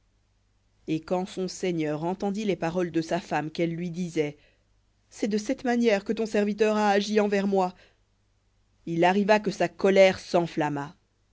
et quand son seigneur entendit les paroles de sa femme qu'elle lui disait c'est de cette manière que ton serviteur a agi envers moi il arriva que sa colère s'enflamma